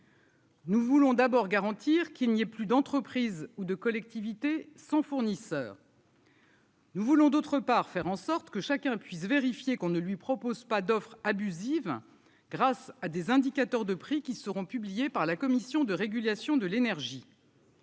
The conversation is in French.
Nous voulons d'abord garantir qu'il n'y ait plus d'entreprises ou de collectivités, son fournisseur. Nous voulons d'autre part, faire en sorte que chacun puisse vérifier qu'on ne lui propose pas d'offres abusive grâce à des indicateurs de prix qui seront publiés par la Commission de régulation de l'énergie.